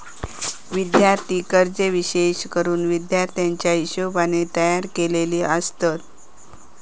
विद्यार्थी कर्जे विशेष करून विद्यार्थ्याच्या हिशोबाने तयार केलेली आसत